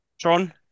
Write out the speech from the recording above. tron